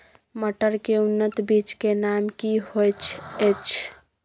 मटर के उन्नत बीज के नाम की होयत ऐछ?